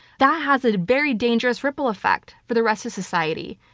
that has a very dangerous ripple effect for the rest of society.